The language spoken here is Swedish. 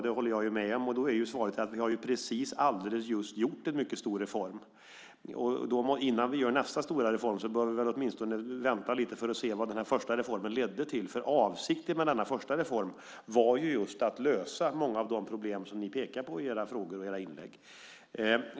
Jag håller med om det. Svaret är att vi just har gjort en mycket stor reform. Innan vi gör nästa stora reform bör vi väl åtminstone vänta lite grann för att se vad den första reformen ledde till? Avsikten med den första reformen var att lösa många av de problem som ni pekar på i era frågor och i era inlägg.